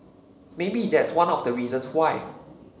maybe that's one of the reasons why